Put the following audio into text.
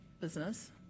business